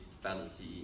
fallacy